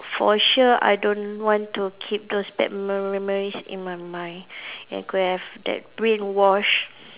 for sure I don't want to keep those bad me~ memories in my mind and could have that brain wash